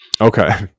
Okay